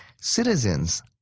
citizens